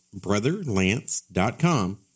BrotherLance.com